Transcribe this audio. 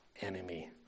enemy